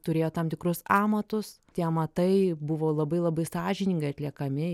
turėjo tam tikrus amatus tie amatai buvo labai labai sąžiningai atliekami